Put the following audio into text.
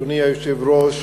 אדוני היושב-ראש,